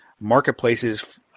marketplaces